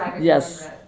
yes